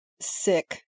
sick